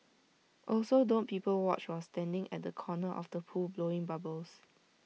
also don't people watch while standing at the corner of the pool blowing bubbles